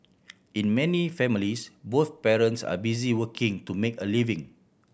in many families both parents are busy working to make a living